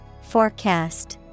Forecast